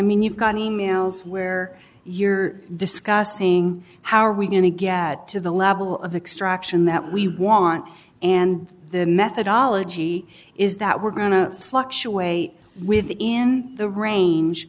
mean you've gotten e mails where you're discussing how are we going to get to the level of extraction that we want and the methodology is that we're going to fluctuate within the range